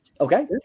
Okay